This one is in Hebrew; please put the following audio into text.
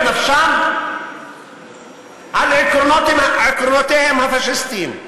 לחרף את נפשם על עקרונותיהם הפאשיסטיים.